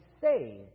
saved